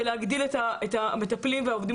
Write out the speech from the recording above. של להגדיל את המטפלים והעובדים